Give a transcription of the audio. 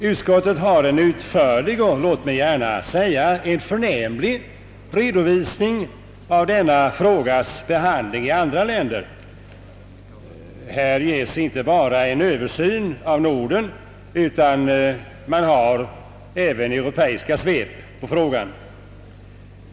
Utskottet har gjort en utförlig och låt mig gärna säga förnämlig redovisning av denna frågas behandling i andra länder. Här ges inte bara en överblick över Norden, utan man har även gjort europeiska svep i frågan.